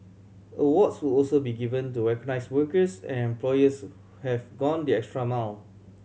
awards will also be given to recognise workers and employers who have gone the extra mile